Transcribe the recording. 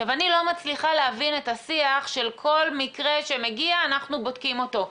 אני לא מצליחה להבין את השיח של כל מקרה שמגיע אנחנו בודקים אותו.